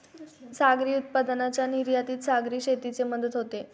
सागरी उत्पादनांच्या निर्यातीत सागरी शेतीची मदत होते